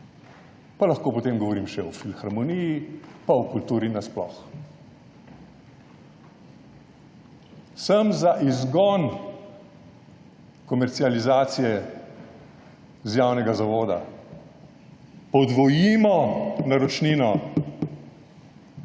Pa lahko potem govorim še o filharmoniji in o kulturi nasploh. Sem za izgon komercializacije iz javnega zavoda. Podvojimo naročnino.